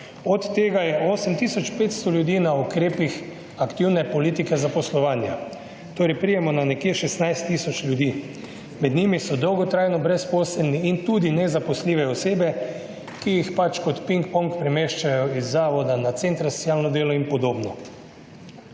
od tega je 8500 ljudi na ukrepih aktivne politike zaposlovanja, torej pridemo na nekje 16 tisoč ljudi. Med njimi so dolgotrajno brezposelni in tudi nezaposljive osebe, ki jih kot ping pong premeščajo iz zavoda na center za socialno delo in podobno.